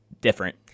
different